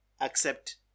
accept